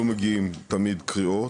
לא מגיעים תמיד קריאות,